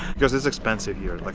because it's expensive here like